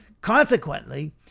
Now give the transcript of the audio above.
Consequently